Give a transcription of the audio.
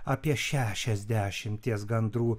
apie šešiadešimties gandrų